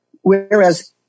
whereas